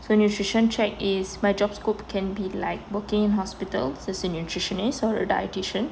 so nutrition track is my job scope can be like working in hospitals as a nutritionist or dietitian